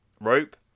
rope